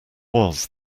was